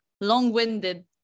long-winded